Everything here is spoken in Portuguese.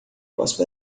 posso